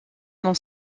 dans